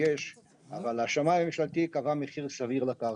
אבל השמאי הממשלתי קבע מחיר סביר לקרקע.